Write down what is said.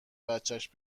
بچش